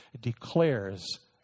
declares